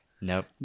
Nope